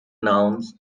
nouns